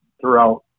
throughout